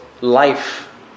Life